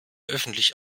öffentlich